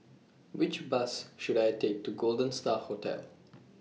Which Bus should I Take to Golden STAR Hotel